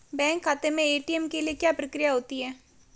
Bank खाते में ATM के लिए क्या प्रक्रिया होती है?